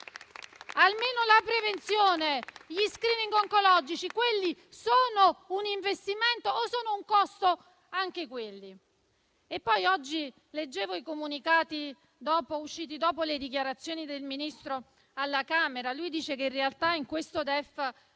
La prevenzione, gli *screening* oncologici sono un investimento o sono un costo anche quelli? Oggi leggevo i comunicati usciti dopo le dichiarazioni del Ministro alla Camera, che dice che in realtà in questo DEF